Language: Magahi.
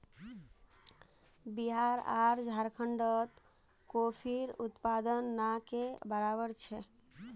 बिहार आर झारखंडत कॉफीर उत्पादन ना के बराबर छेक